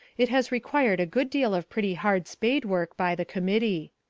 it has required a good deal of pretty hard spade work by the committee.